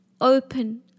open